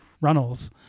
Runnels